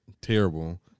terrible